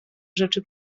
rzeczy